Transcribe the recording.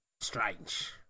strange